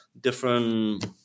different